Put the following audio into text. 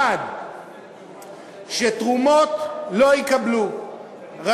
1. שלא יקבלו תרומות.